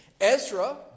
Ezra